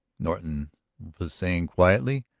norton was saying quietly.